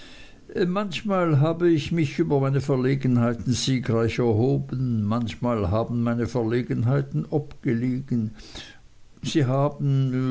manchmal habe ich mich über meine verlegenheiten siegreich erhoben manchmal haben meine verlegenheiten obgelegen sie haben